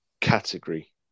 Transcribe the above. category